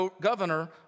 governor